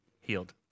healed